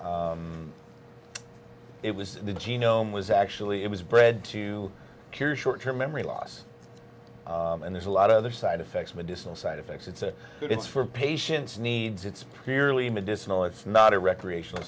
strain it was the genome was actually it was bred to cure short term memory loss and there's a lot of other side effects medicinal side effects it's a good it's for patient's needs it's clearly medicinal it's not a recreational